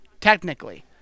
technically